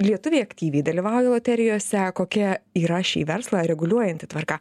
lietuviai aktyviai dalyvauja loterijose kokia yra šį verslą reguliuojanti tvarka